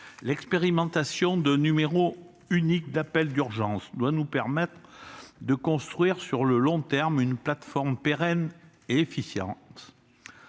L'expérimentation d'un numéro unique d'appel d'urgence doit nous permettre de construire sur le long terme une plateforme pérenne et efficiente.